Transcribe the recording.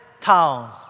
town